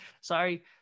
sorry